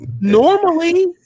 Normally